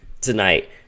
tonight